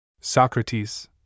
Socrates